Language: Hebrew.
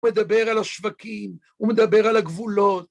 הוא מדבר על השווקים, הוא מדבר על הגבולות.